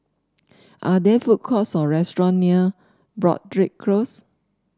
are there food courts or restaurant near Broadrick Close